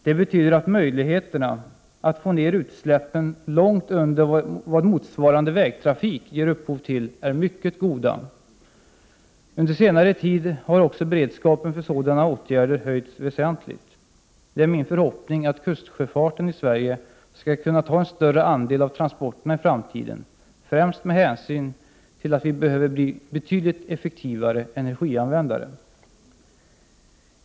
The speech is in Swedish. Det betyder att möjligheterna att få ner utsläppen långt under vad motsvarande vägtrafik ger upphov till är mycket goda. Under senare tid har också beredskapen för sådana åtgärder höjts väsentligt. Det är min förhoppning att kustsjöfarten i Sverige skall kunna ta en större andel av transporterna i framtiden, främst med hänsyn till att vi behöver bli betydligt effektivare energianvändare.